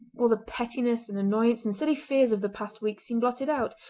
all the pettiness and annoyance and silly fears of the past weeks seemed blotted out,